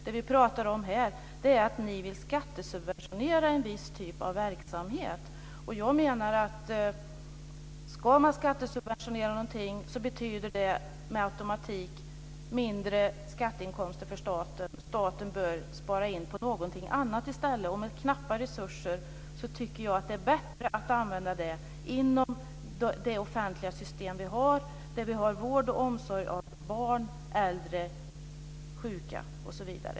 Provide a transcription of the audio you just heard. Det vi pratar om här är att ni vill skattesubventionera en viss typ av verksamhet. Ska man skattesubventionera någonting menar jag att det med automatik betyder mindre skatteinkomster för staten. Staten bör spara in på någonting annat i stället. Med knappa resurser tycker jag att det är bättre att använda resurserna inom det offentliga system vi har med vård och omsorg av barn, äldre och sjuka.